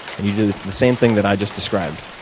and you do the same thing that i just described.